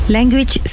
Language